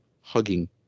hugging